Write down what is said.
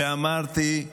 אמרתי,